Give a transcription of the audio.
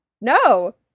No